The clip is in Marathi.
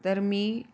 तर मी